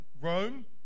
Rome